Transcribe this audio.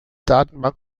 datenbank